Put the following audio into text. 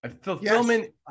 Fulfillment